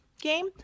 game